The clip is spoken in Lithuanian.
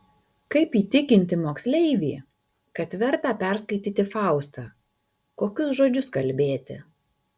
kaip įtikinti moksleivį kad verta perskaityti faustą kokius žodžius kalbėti